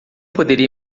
poderia